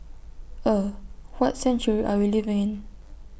er what century are we living in